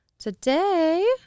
Today